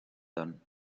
done